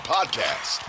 Podcast